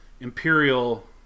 imperial